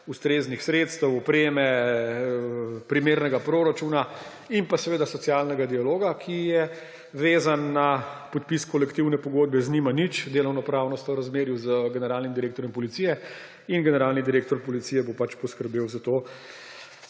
ustreznih sredstev, opreme, primernega proračuna in seveda socialnega dialoga, ki je vezan na podpis kolektivne pogodbe. Delovnopravno sta v razmerju z generalnim direktorjem Policije in generalni direktor Policije bo pač poskrbel za to,